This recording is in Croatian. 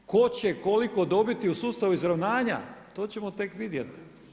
Tko će koliko dobiti u sustavu izravnanja, to ćemo tek vidjeti.